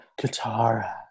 Katara